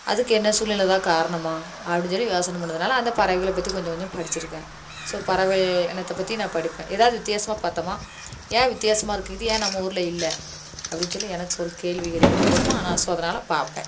அதுக்கு என்ன சூல்நிலை தான் காரணமா அப்படின்னு சொல்லி யோசனை பண்ணதனால அந்த பறவைகளை பத்தி கொஞ்சம் கொஞ்சம் படிச்சிருக்கேன் ஸோ பறவைகள் இனத்தை பற்றி நான் படிப்பேன் ஏதாவது வித்தியாசமாக பார்த்தமா ஏன் வித்தியாசமாக இருக்குது இது ஏன் நம்ம ஊர்ல இல்லை அப்படின்னு சொல்லி எனக்கு ஒரு கேள்விகள் எழுப்பப்படுமா நான் ஸோ அதனால் பார்ப்பேன்